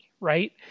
right